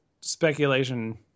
speculation